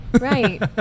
Right